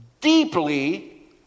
deeply